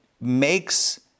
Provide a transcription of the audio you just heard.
makes